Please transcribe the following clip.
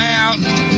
Mountain